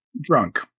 drunk